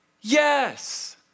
Yes